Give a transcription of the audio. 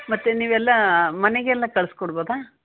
ಮತ್ತು ನೀವೆಲ್ಲ ಮನೆಗೆಲ್ಲ ಕಳ್ಸಿ ಕೊಡ್ಬೋದಾ